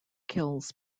kills